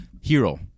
Hero